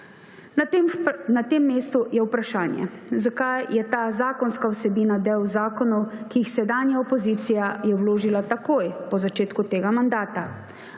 Na tem mestu je vprašanje, zakaj je ta zakonska vsebina del zakonov, ki jih je sedanja opozicija vložila takoj po začetku tega mandata.